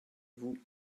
vous